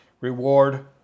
reward